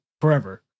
forever